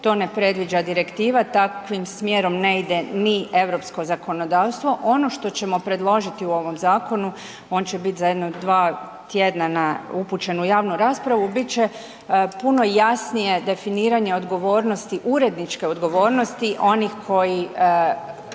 to ne predviđa direktiva, takvim smjerom ne ide ni europsko zakonodavstvo. Ono što ćemo predložiti u ovom zakonu on će biti za jedno 2 tjedna upućen u javnu raspravu. Biti će puno jasnije definiranje odgovornosti, uredničke odgovornosti onih koji